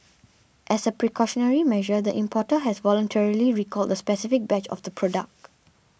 as a precautionary measure the importer has voluntarily recalled the specific batch of the product